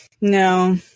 No